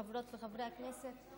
חברות וחברי הכנסת,